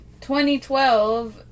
2012